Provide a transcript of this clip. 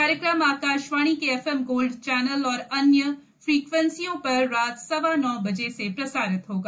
कार्यक्रम आकाशवाणी के F M gold channel और अन्य फ्रीक्वेंसियों पर रात सवा नौ बजे से प्रसारित होगा